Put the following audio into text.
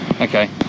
Okay